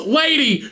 lady